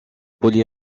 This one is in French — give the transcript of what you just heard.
poly